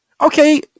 Okay